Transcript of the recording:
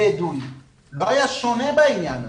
הבדואי, לא היה שונה בעניין הזה.